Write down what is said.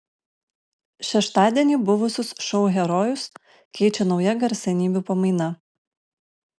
šeštadienį buvusius šou herojus keičia nauja garsenybių pamaina